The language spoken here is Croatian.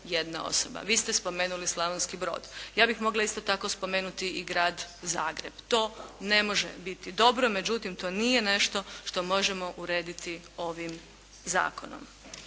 Vi ste spomenuli Slavonski Brod. Ja bih mogla isto tako spomenuti i Grad Zagreb. To ne može biti dobro. Međutim, to nije nešto što možemo urediti ovim zakonom.